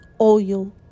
oil